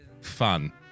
fun